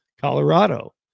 Colorado